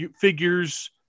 figures